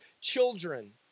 children